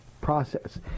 process